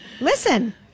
Listen